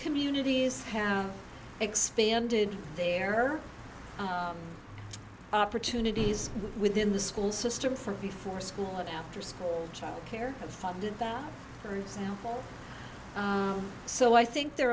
communities have expanded their opportunities within the school system from before school and after school child care of funded them for example so i think there